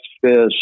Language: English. fish